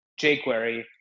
jQuery